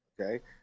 Okay